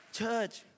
Church